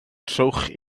trowch